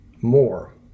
more